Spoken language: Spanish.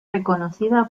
reconocida